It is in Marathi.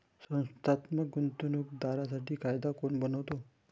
संस्थात्मक गुंतवणूक दारांसाठी कायदा कोण बनवतो?